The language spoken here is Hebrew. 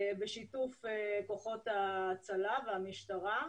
בשיתוף כוחות ההצלה והמשטרה.